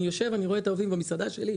אני יושב ואני רואה את העובדים במסעדה שלי,